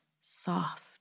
soft